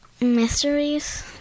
mysteries